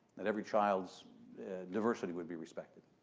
that every child's diversity would be respected.